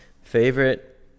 Favorite